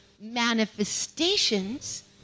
manifestations